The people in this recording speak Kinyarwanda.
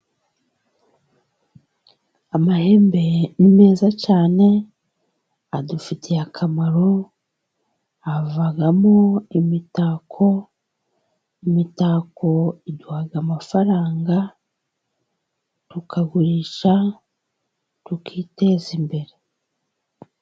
Amahembe ni meza cyane adufitiye akamaro havamo imitako, imitako iduha amafaranga tukagurisha tukiteza imbere.